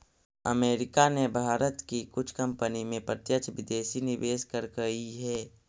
America ने भारत की कुछ कंपनी में प्रत्यक्ष विदेशी निवेश करकई हे